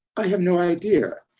i have no idea,